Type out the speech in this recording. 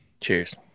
Cheers